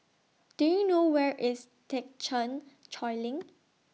Do YOU know Where IS Thekchen Choling